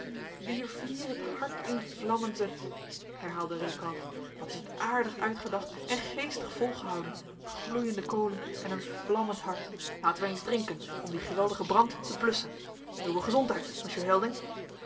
wier vier het hart in vlammen zet herhaalde reekalf wat is het aardig uitgedacht en geestig volgehouden gloeiende kolen en een vlammend hart laten wij eens drinken om dien geweldigen brand te blusschen uwe gezondheid monsieur helding